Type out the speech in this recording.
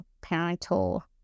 parental